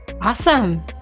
Awesome